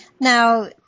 Now